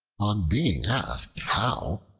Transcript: on being asked how,